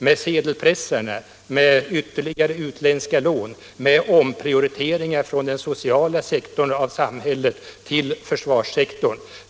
Med sedelpressarna, med ytterligare utländska lån eller genom omprioriteringar från den sociala sektorn av samhället till försvarssektorn?